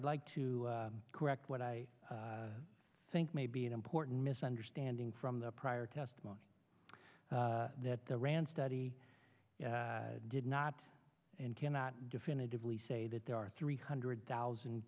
i'd like to correct what i think may be an important misunderstanding from the prior testimony that the rand study did not and cannot definitively say that there are three hundred thousand